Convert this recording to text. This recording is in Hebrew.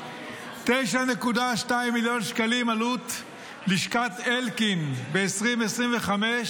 9.2 מיליון שקלים עלות לשכת אלקין ב-2025,